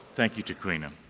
thank you, taquiena.